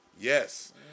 Yes